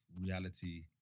reality